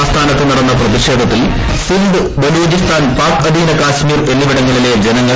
ആസ്ഥാനത്ത് നടന്ന പ്രതിഷേധത്തിൽ സിന്ധ് ബലൂചിസ്ഥാൻ പാക് അധീന കശ്മീർ എന്നിവിടങ്ങളിലെ ജനങ്ങൾ അണിനിരന്നു